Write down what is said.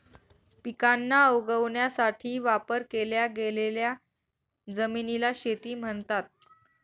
पिकांना उगवण्यासाठी वापर केल्या गेलेल्या जमिनीला शेती म्हणतात